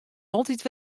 altyd